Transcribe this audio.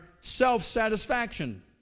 self-satisfaction